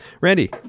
Randy